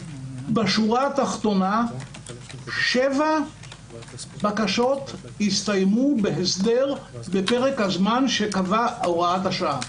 בשורה התחתונה שבע בקשות הסתיימו בהסדר בפרק הזמן שקבעה הוראת השעה.